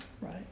right